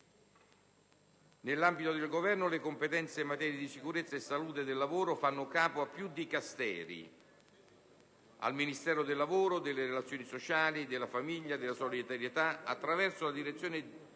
Nell'ambito del Governo, le competenze in materia di sicurezza e salute del lavoro fanno capo a più dicasteri; al Ministero del lavoro, delle relazioni sociali, della famiglia e della solidarietà, attraverso la Direzione